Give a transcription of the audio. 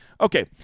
Okay